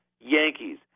Yankees